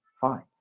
Fine